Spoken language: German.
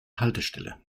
haltestelle